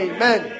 Amen